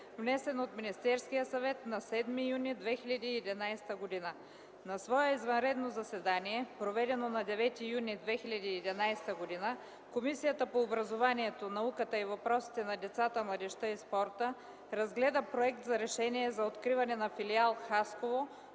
внесен от Министерския съвет на 7 юни 2011 г. „На свое извънредно заседание, проведено на 9 юни 2011 г., Комисията по образованието, науката и въпросите на децата, младежта и спорта разгледа Проект за решение за откриване на Филиал – Хасково,